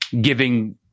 Giving